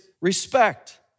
respect